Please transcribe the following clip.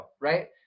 Right